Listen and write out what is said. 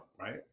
right